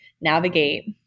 navigate